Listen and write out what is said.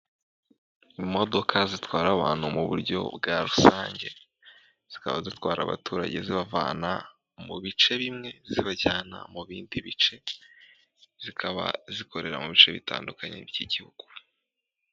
Imodoka zitwara abantu mu buryo bwa rusange. Zikaba zitwara abaturage zibavana mu bice bimwe zibajyana mu bindi bice. Zikaba zikorera mu bice bitandukanye by'igihugu.